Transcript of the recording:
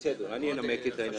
בסדר, אני אנמק את זה.